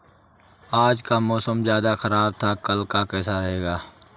आज का मौसम ज्यादा ख़राब था कल का कैसा रहेगा?